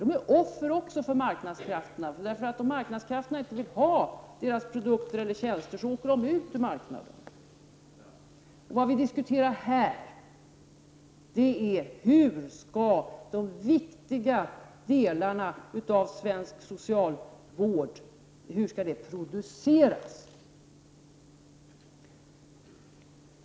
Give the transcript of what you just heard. De är också offer för marknadskrafterna, för om marknadskrafterna inte vill ha deras produkter eller tjänster åker de ut från marknaden. Vad vi här diskuterar är hur de viktiga delarna av svensk socialvård skall produceras.